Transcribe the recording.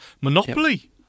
Monopoly